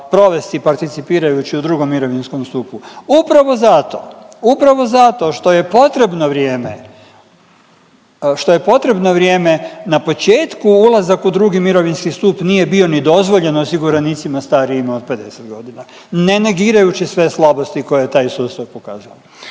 provesti participirajući u 2. mirovinskom stupu. Upravo zato, upravo zato što je potrebno vrijeme, što je potrebno vrijeme na početku ulazak u 2. mirovinski stup nije bio ni dozvoljen osiguranicima starijima od 50 godina, ne negirajući sve slabosti koje je taj sustav pokazao.